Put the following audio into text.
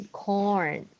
,corn 。